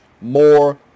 more